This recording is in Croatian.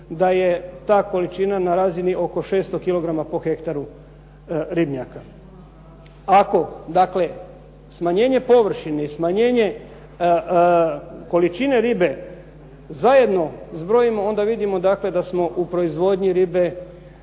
da je ta količina na razini oko 600 kg po hektaru ribnjaka. Ako dakle, smanjenje površine, smanjenje količine ribe zajedno zbrojimo onda vidimo, dakle da smo u proizvodnji ribe